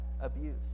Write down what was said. abuse